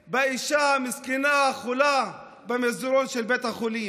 באישה המסכנה החולה במסדרון של בית החולים?